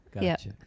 Gotcha